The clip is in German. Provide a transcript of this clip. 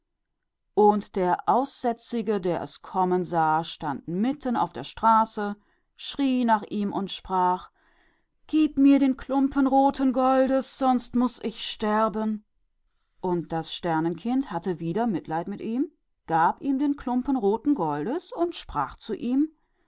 und der aussätzige sah es kommen und stellte sich auf die mitte des weges rief aus und sagte gib mir das stück roten goldes oder ich muß sterben und das sternenkind hatte wieder mitleid mit ihm und gab ihm das stück roten goldes und sagte deine not